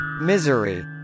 Misery